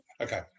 okay